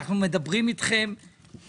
אנחנו מדברים בנימוס,